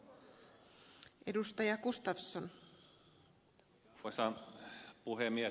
arvoisa puhemies